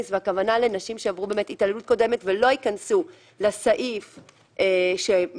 והכוונה לנשים שעברו התעללות קודמת ולא ייכנסו לסעיף שמקל,